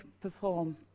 perform